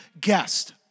guest